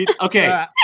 Okay